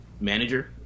manager